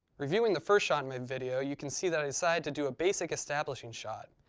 reviewing the first shot in my video you can see that i decided to do a basic establishing shot,